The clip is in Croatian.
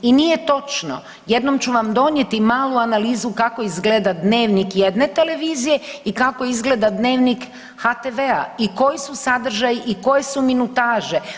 I nije točno, jednom ću vam donijeti malu analizu kako izgleda dnevnik jedne televizije i kako izgleda Dnevnih HTV-a i koji su sadržaji i koje su minutaže.